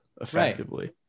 effectively